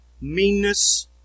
meanness